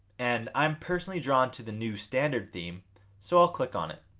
and i'm personally drawn to the new standard theme so i'll click on it.